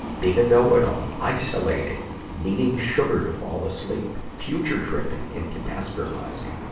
being a know-it-all. isolating. needing sugar to fall asleep. future-tripping and catastrophizing.